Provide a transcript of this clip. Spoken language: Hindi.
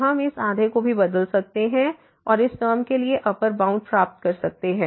तो हम इस आधे को भी बदल सकते हैं और इस टर्म के लिए अप्पर बाउंड प्राप्त कर सकते हैं